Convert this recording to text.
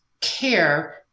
care